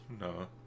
no